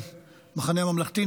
המחנה הממלכתי,